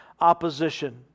opposition